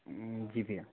जी भैया